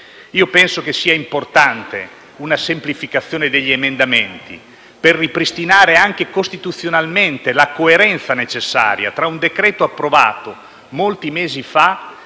Penso sia importante una semplificazione degli emendamenti per ripristinare, anche costituzionalmente, la coerenza necessaria tra un decreto-legge approvato molti mesi fa